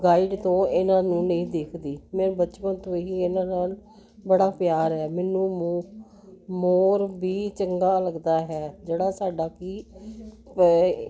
guide ਤੋਂ ਇਹਨਾਂ ਨੂੰ ਨਹੀਂ ਦੇਖਦੀ ਮੈਂ ਬਚਪਨ ਤੋਂ ਹੀ ਇਹਨਾਂ ਨਾਲ ਬੜਾ ਪਿਆਰ ਹੈ ਮੈਨੂੰ ਮੋ ਮੋਰ ਵੀ ਚੰਗਾ ਲੱਗਦਾ ਹੈ ਜਿਹੜਾ ਸਾਡਾ ਕਿ